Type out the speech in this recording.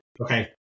Okay